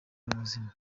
n’ubuzima